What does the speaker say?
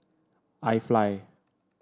IFly